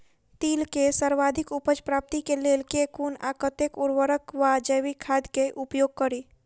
तिल केँ सर्वाधिक उपज प्राप्ति केँ लेल केँ कुन आ कतेक उर्वरक वा जैविक खाद केँ उपयोग करि?